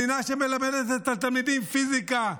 מדינה שמלמדת את התלמידים פיזיקה,